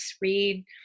read